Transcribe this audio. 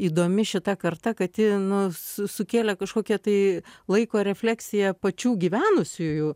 įdomi šita karta kad ji nu su sukėlė kažkokią tai laiko refleksiją pačių gyvenusiųjų